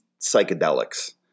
psychedelics